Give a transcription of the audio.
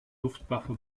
luftwaffe